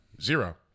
Zero